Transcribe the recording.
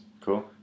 Cool